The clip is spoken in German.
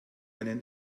einen